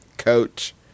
Coach